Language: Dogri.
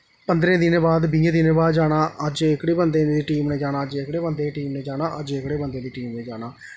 पंदरें दिनें बाद बीहें दिनें बाद जाना अज्ज एहकड़े बंदे दी टीम ने जाना अज्ज एहकड़े बंदे दी टीम ने जाना अज्ज एहकड़े बंदे दी टीम ने जाना